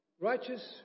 righteous